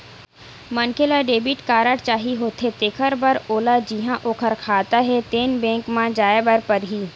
मनखे ल debit card चाही होथे तेखर बर ओला जिहां ओखर खाता हे तेन बेंक म जाए बर परही